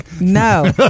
No